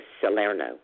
Salerno